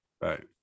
Right